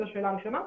זו שאלה ראשונה.